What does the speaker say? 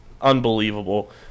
unbelievable